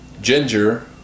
ginger